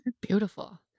Beautiful